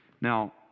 Now